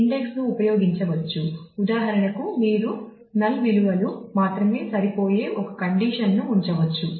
index ను ఉపయోగించవచ్చు ఉదాహరణకు మీరు నల్ విలువలు మాత్రమే సరిపోయే ఒక కండీషన్ ను ఉంచవచ్చు